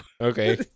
Okay